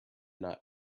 not